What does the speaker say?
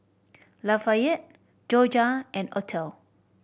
Lafayette Jorja and Othel